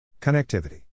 Connectivity